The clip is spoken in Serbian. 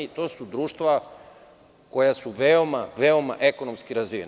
To su društva koja su veoma, veoma ekonomski razvijena.